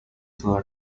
کار